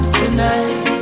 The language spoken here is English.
tonight